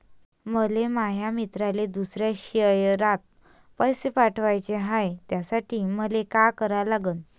मले माया मित्राले दुसऱ्या शयरात पैसे पाठवाचे हाय, त्यासाठी मले का करा लागन?